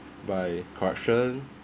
by corruption